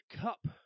Cup